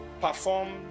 perform